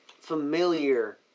familiar